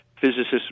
Physicists